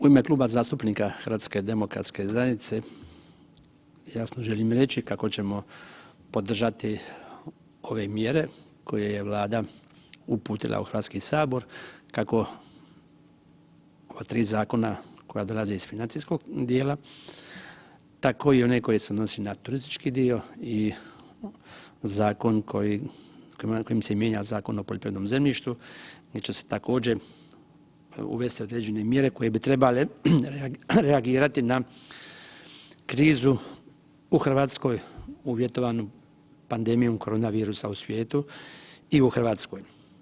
U ime Kluba zastupnika HDZ-a jasno želim reći kako ćemo podržati ove mjere koje je Vlada uputila u Hrvatski sabor, kako ova tri zakona koja dolaze iz financijskog dijela, tako i one koji se odnose na turistički dio i zakon kojim se mijenja Zakona o poljoprivrednom zemljištu, gdje će se također, uvesti određene mjere koje bi trebale reagirati na krizu u Hrvatskoj uvjetovano pandemijom koronavirusom u svijetu i u Hrvatskoj.